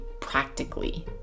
practically